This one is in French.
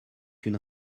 une